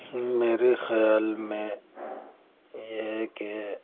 میرے خیال میں یہ ہے کہ